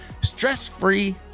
stress-free